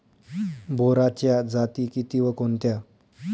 बोराच्या जाती किती व कोणत्या?